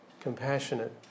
compassionate